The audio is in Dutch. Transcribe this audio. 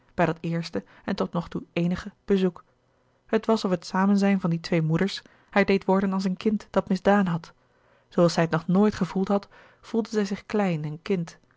bij dat eerste en tot nog toe eénige bezoek het was of het samenzijn van die twee moeders louis couperus de boeken der kleine zielen haar deed worden als een kind dat misdaan had zooals zij het nog nooit gevoeld had voelde zij zich klein en kind